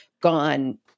gone